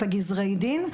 את גזרי הדין,